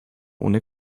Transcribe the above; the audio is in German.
ohne